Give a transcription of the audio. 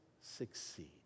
succeed